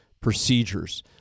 procedures